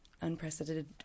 unprecedented